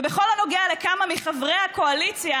ובכל הנוגע לכמה מחברי הקואליציה,